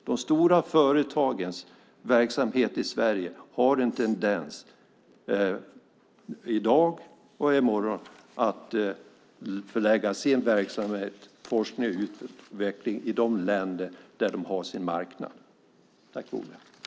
De stora företagen i Sverige har en tendens, i dag och i morgon, att förlägga sin verksamhet, forskning och utveckling i de länder där de har sin marknad. Jag yrkar bifall till reservation 1.